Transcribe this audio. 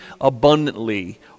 abundantly